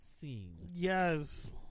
Yes